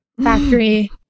factory